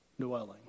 dwelling